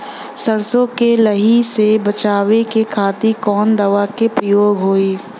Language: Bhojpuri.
सरसो के लही से बचावे के खातिर कवन दवा के प्रयोग होई?